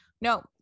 No